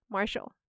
Marshall